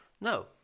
No